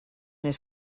his